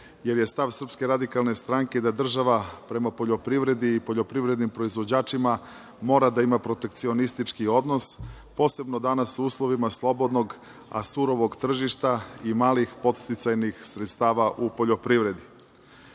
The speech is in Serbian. jer je stav SRS da država prema poljoprivredi i prema poljoprivrednim proizvođačima mora da ima protekcionistički odnos, posebno danas u uslovima slobodnog, a surovog tržišta i malih podsticajnih sredstava u poljoprivredi.Međutim,